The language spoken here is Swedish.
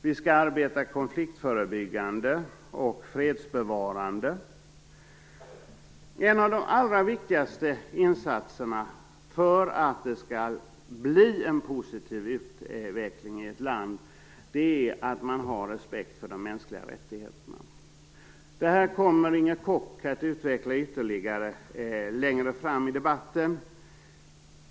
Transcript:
Vi skall arbeta konfliktförebyggande och fredsbevarande. En av de allra viktigaste faktorerna för att en positiv utveckling skall komma till stånd i ett land är att man har respekt för de mänskliga rättigheterna. Detta kommer Inger Koch att utveckla ytterligare längre fram i debatten.